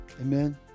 Amen